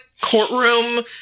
Courtroom